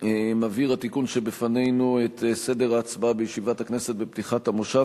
מבהיר התיקון שבפנינו את סדר ההצבעה בישיבת הכנסת בפתיחת המושב,